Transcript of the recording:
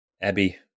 abby